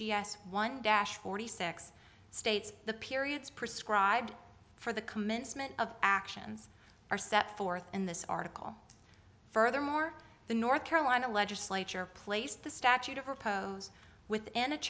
g s one dash forty six states the periods prescribed for the commencement of actions are set forth in this article furthermore the north carolina legislature placed the statute of repose within a